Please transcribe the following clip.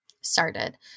started